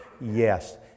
yes